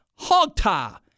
hogtie